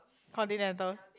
continental